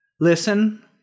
Listen